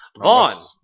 Vaughn